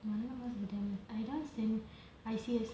மரண:marana mass I dance then I see I see